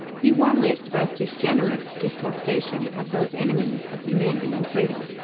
he warmly expressed his generous detestation of those enemies of humanity and freedom.